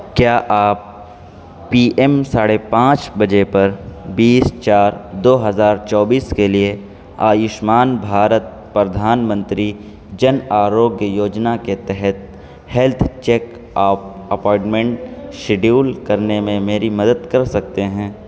کیا آپ P M ساڑھے پانچ بجے پر بیس چار دو ہزار چوبیس کے لیے آیوشمان بھار ت پردھان منتری جن آروگیہ یوجنا کے تحت health check up appointment schedule کرنے میں میری مدد کر سکتے ہیں